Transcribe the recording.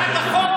זה דבר והיפוכו.